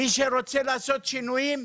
מי שרוצה לעשות שינויים,